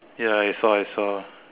ya I saw I saw